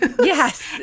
yes